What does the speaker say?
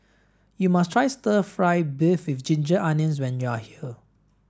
you must try stir fry beef with ginger onions when you are here